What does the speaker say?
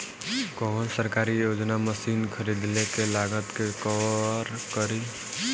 कौन सरकारी योजना मशीन खरीदले के लागत के कवर करीं?